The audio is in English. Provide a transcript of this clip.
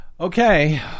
Okay